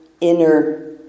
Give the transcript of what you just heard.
inner